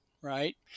right